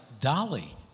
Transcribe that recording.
Dolly